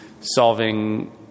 solving